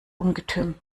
ungetüm